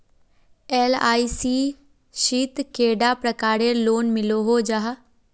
LIC शित कैडा प्रकारेर लोन मिलोहो जाहा?